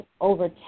over